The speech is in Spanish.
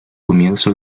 comienzo